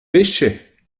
pêchaient